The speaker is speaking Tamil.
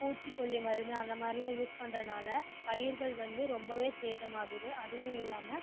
பூச்சிக்கொல்லி மருந்து அந்த மாதிரிலாம் யூஸ் பண்ணுறனால பயிர்கள் வந்து ரொம்பவே சேதம் ஆகுது அதுவும் இல்லாம